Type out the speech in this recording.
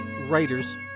writers